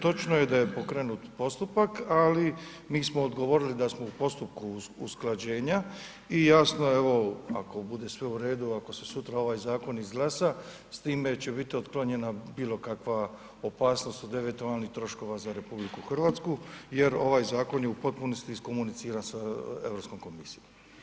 Točno je da je pokrenut postupak ali mi smo odgovorili da smo u postupku usklađenja i jasno evo, ako bude sve u redu, ako se sutra ovaj zakon izglasa, s time će bit otklonjena bilokakva opasnost od eventualnih troškova za RH jer ovaj zakon je u potpunosti iskomuniciran sa Europskom komisijom.